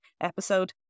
episode